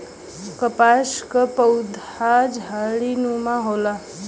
कपास क पउधा झाड़ीनुमा होला